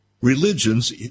religions